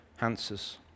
answers